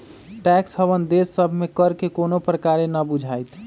tax haven देश सभ में कर में कोनो प्रकारे न बुझाइत